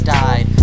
died